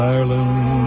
Ireland